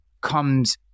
comes